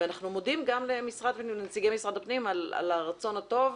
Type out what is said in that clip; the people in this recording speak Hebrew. אנחנו מודים גם לנציגי משרד הפנים על הרצון הטוב,